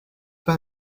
pas